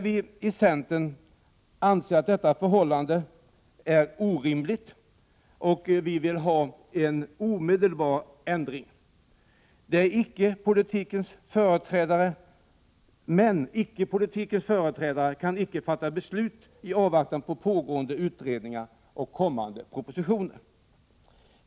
Vi i centern anser detta förhållande vara orimligt och vill ha en omedelbar ändring. Men icke-politikens företrädare kan icke fatta beslut i avvaktan på pågående utredningar och kommande propositioner.